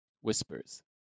Whispers